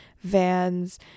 Vans